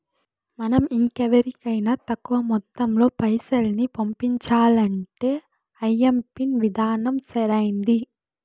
మనం ఇంకెవరికైనా తక్కువ మొత్తంలో పైసల్ని పంపించాలంటే ఐఎంపిన్ విధానం సరైంది